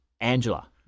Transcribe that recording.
Angela